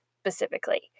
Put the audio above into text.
specifically